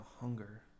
hunger